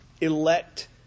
elect